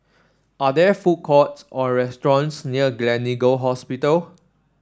are there food courts or restaurants near Gleneagle Hospital